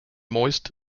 moist